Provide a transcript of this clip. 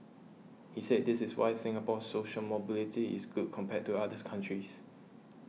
he said this is why Singapore's social mobility is good compared to others countries